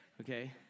Okay